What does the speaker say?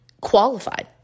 qualified